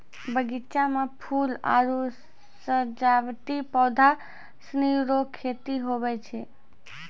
बगीचा मे फूल आरु सजावटी पौधा सनी रो खेती हुवै छै